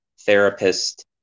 therapist